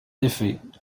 effet